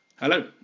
Hello